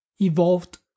evolved